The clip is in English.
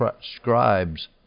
scribes